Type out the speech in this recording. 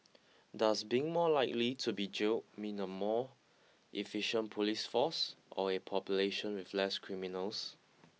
does being more likely to be jailed mean a more efficient police force or a population with less criminals